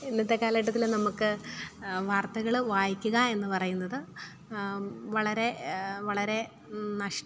ഇന്നത്തെ കാലഘട്ടത്തിൽ നമുക്ക് വാർത്തകൾ വായിക്കുക എന്നു പറയുന്നത് വളരെ വളരെ നഷ്